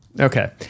Okay